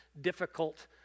difficult